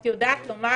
את יודעת לומר